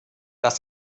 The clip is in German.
das